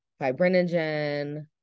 fibrinogen